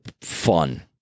fun